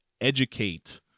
educate